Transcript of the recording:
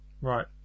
Right